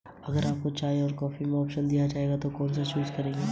मानकीकृत बाट और माप के क्या लाभ हैं?